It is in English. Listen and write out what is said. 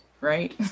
right